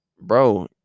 bro